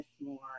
more